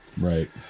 Right